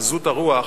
עזות הרוח,